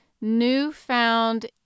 newfound